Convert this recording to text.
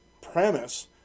premise